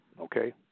okay